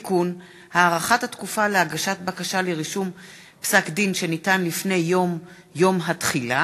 (הארכת התקופה להגשת בקשה לרישום פסק-דין שניתן לפני יום התחילה),